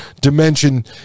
dimension